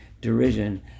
derision